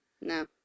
No